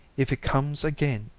if it comes again,